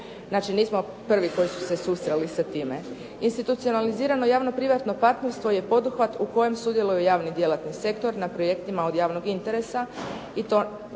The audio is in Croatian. Znači nismo prvi koji su se susreli sa time. Institucionalizirano javno privatno partnerstvo je poduhvat u kojem sudjeluju javni djelatnici sektor na projektima od javnog interesa i to